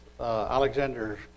Alexander